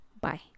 Bye